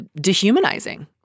dehumanizing